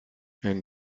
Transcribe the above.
and